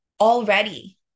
already